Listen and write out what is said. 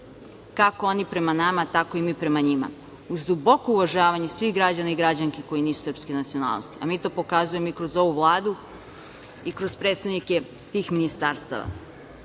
kako oni prema nama, tako i mi prema njima, uz duboko uvažavanje svih građana i građanki koji nisu srpske nacionalnosti. Mi to pokazujemo i kroz ovu Vladu i kroz predstavnike tih ministarstava. Kada